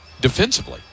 defensively